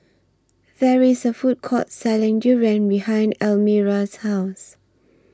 There IS A Food Court Selling Durian behind Elmira's House